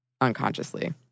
unconsciously